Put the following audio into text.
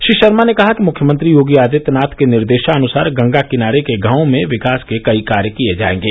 श्री ार्मा ने कहा कि मुख्यमंत्री योगी आदित्यनाथ के निर्देशानुसार गंगा किनारे के गांवों में विकास के कई कार्य किए जाएंगे